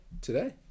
today